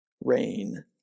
Rain